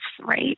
right